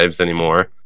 anymore